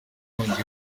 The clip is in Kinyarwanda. inkongi